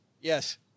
Yes